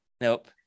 Nope